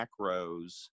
macros